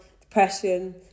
depression